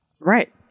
Right